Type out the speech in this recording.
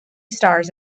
stars